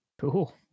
Cool